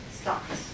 stocks